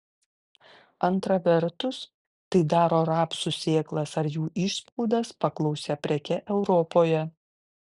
antra vertus tai daro rapsų sėklas ar jų išspaudas paklausia preke europoje